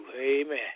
Amen